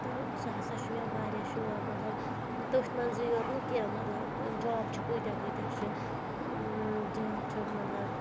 تہٕ سُہ ہَسا چھُ مےٚ واریاہ شوق مطلب تٔتھۍ منٛزٕے یوت نہٕ کینٛہہ مطلب جاب چھُ کۭتیاہ کۭتیٛاہ چھِ جاب چھُ مطلب